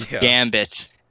Gambit